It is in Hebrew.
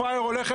פראייר הולך,